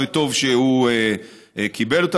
וטוב שהוא קיבל אותה.